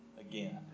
again